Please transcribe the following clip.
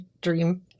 dream